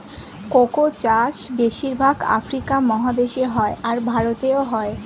cocoa চাষ বেশির ভাগ আফ্রিকা মহাদেশে হয়, আর ভারতেও হয়